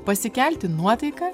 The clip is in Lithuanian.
pasikelti nuotaiką